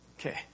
Okay